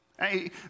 Hey